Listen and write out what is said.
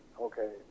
okay